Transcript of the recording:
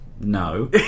No